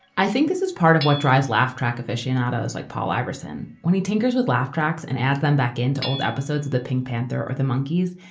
i think this is part of what drives laugh track aficionados like paul ireson. when he tinkers with laugh tracks and adds them back into old episodes of the pink panther or the monkees,